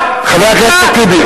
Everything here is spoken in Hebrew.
חבר הכנסת טיבי.